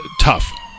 tough